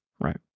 right